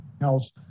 else